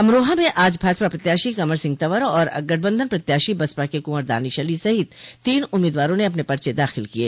अमरोहा में आज भाजपा प्रत्याशी कवर सिंह तवर और गठबंधन प्रत्याशी बसपा के कुंवर दानिश अली सहित तीन उम्मीदवारों ने अपने पर्चे दाखिल किये